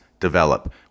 develop